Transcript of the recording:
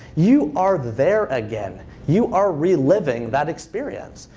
you are there again. you are re-living that experience.